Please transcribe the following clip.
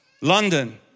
London